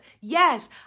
Yes